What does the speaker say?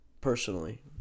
personally